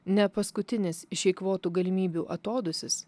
nepaskutinis išeikvotų galimybių atodūsis